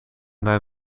naar